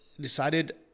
decided